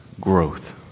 growth